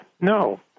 No